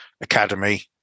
academy